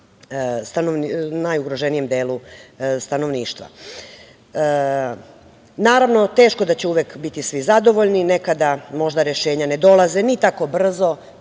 najugroženijem delu stanovništva. Naravno, teško da će uvek biti svi zadovoljni. Nekada možda rešenja ne dolaze ni tako brzo,